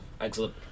Excellent